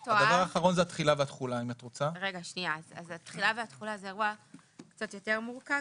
התחילה והתחולה זה אירוע קצת יותר מורכב